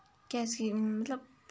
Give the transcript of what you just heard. کیازِ کہِ مطلب